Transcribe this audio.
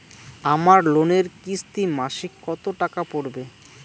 আমার লোনের কিস্তি মাসিক কত টাকা পড়বে?